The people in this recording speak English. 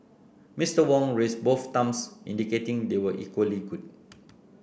Mister Wong raised both thumbs indicating they were equally good